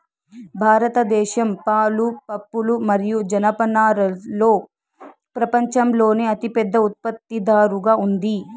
భారతదేశం పాలు, పప్పులు మరియు జనపనారలో ప్రపంచంలోనే అతిపెద్ద ఉత్పత్తిదారుగా ఉంది